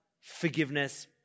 forgiveness